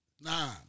Nah